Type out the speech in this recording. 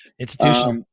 Institutional